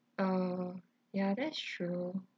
oh ya that's true